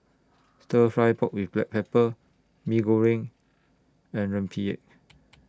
Stir Fry Pork with Black Pepper Mee Goreng and Rempeyek